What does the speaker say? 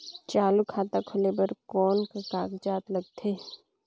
चालू खाता खोले बर कौन का कागजात लगथे?